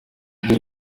ibyo